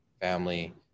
family